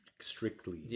strictly